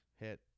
hit